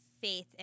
faith